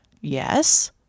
Yes